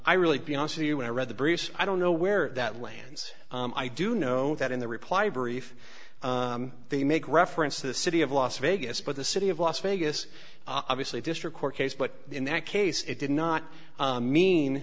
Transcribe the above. i really be on to you when i read the briefs i don't know where that lands i do know that in the reply brief they make reference to the city of las vegas but the city of las vegas obviously district court case but in that case it did not mean